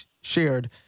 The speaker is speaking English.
shared